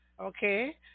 Okay